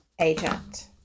agent